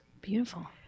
Beautiful